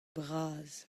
bras